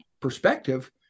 perspective